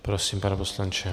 Prosím, pane poslanče.